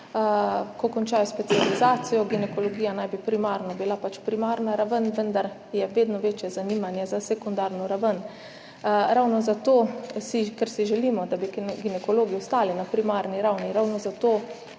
Ko končajo specializacijo, naj bi bila ginekologija primarno primarna raven, vendar je vedno večje zanimanje za sekundarno raven. Ravno zato ker si želimo, da bi ginekologi ostali na primarni ravni, smo v